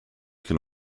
can